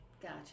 Gotcha